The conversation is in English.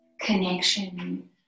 connection